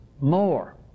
more